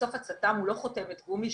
בסוף הצט"מ הוא לא חותמת גומי,